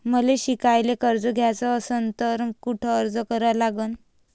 मले शिकायले कर्ज घ्याच असन तर कुठ अर्ज करा लागन?